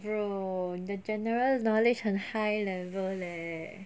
bro 你的 general knowledge 很 high level leh